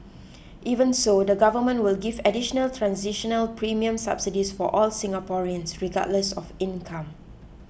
even so the Government will give additional transitional premium subsidies for all Singaporeans regardless of income